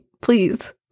Please